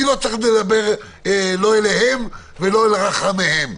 אני לא צריך לדבר לא אליהם ולא אל רחמיהם,